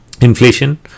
inflation